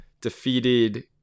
Defeated